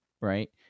right